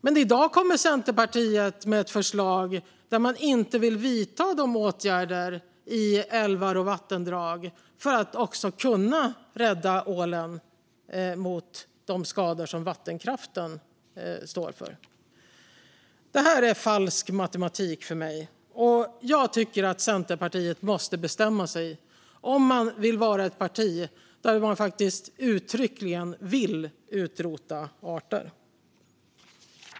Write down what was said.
Men i dag kommer Centerpartiet med ett förslag där man inte vill vidta åtgärder i älvar och vattendrag för att kunna rädda ålen från de skador som vattenkraften står för. Detta är falsk matematik för mig. Jag tycker att Centerpartiet måste bestämma sig för om man vill vara ett parti som faktiskt uttryckligen vill utrota arter.